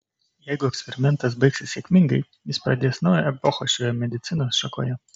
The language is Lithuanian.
jeigu eksperimentas baigsis sėkmingai jis pradės naują epochą šioje medicinos šakoje